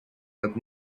that